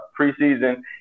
preseason